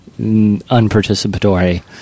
unparticipatory